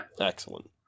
Excellent